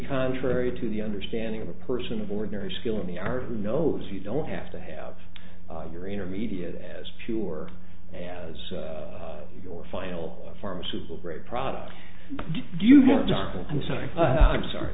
contrary to the understanding of a person of ordinary skill in the art who knows you don't have to have your intermediate as pure as your final pharmaceutical great product you have done i'm sorry